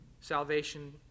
salvation